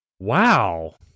Wow